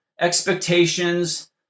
expectations